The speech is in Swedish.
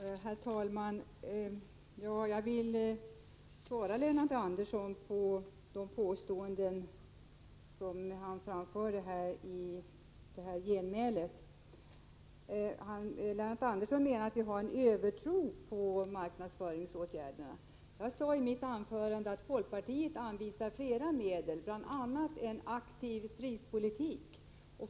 EN N Herr talman! Jag vill besvara de påståenden som Lennart Andersson äg KRA Lennart Andersson menade att vi har en övertro på marknadsföringsåtgärderna. Jag sade i mitt anförande att folkpartiet anvisar flera medel, bl.a. en aktiv prispolitik.